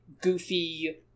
goofy